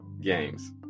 games